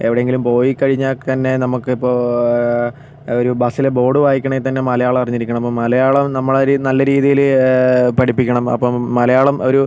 എവിടെ എങ്കിലും പോയി കഴിഞ്ഞാൽ തന്നെ നമുക് ഇപ്പോൾ ഒരു ബസിലെ ബോർഡ് വായിക്കണമെങ്കിൽ തന്നെ മലയാളം അറിഞ്ഞിരിക്കണം അപ്പം മലയാളം നമ്മളൊരു നല്ല രീതിയിൽ പഠിപ്പിക്കണം അപ്പം മലയാളം ഒരു